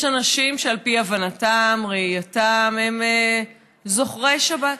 יש אנשים שעל פי הבנתם, ראייתם, הם זוכרי שבת,